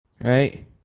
right